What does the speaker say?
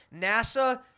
NASA